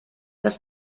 das